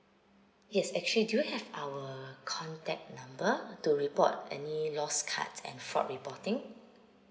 yes actually do you have our contact number to report any lost cards and fraud reporting